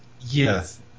Yes